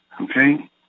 Okay